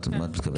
על מה את מדברת?